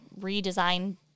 redesign